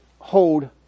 hold